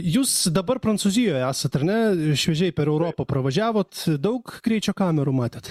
jūs dabar prancūzijoje esat ar ne šviežiai per europą pravažiavot daug greičio kamerų matėte